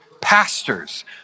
pastors